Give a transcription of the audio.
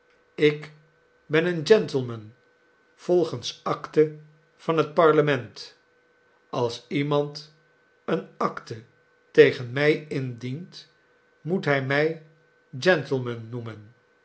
ik ben een gentleman volgens acte van het parlement als iemand eene acte tegen mij indient moet hij mij gentleman noemen